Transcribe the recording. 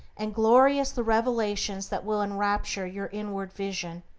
and glorious the revelations that will enrapture your inward vision.